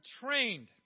trained